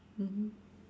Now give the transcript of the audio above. mmhmm